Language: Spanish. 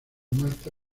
malta